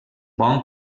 bon